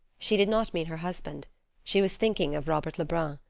she did not mean her husband she was thinking of robert lebrun.